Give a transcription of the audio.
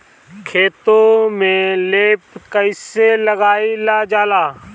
खेतो में लेप कईसे लगाई ल जाला?